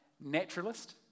Naturalist